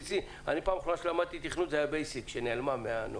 הפעם האחרונה שלמדתי תכנות הייתה תוכנת הבייסיק שנעלמה מהנוף,